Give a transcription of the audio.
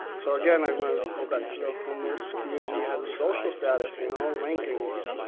so again, i wanna go back to the homeless community has a social status, you know, rankings.